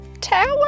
tower